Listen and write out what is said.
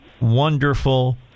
wonderful